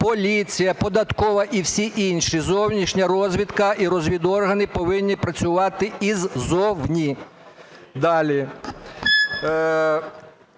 поліція, податкова і всі інші. Зовнішня розвідка і розвідоргани повинні працювати ззовні. Далі.